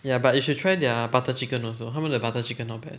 ya but you should try their butter chicken also 他们的 butter chicken not bad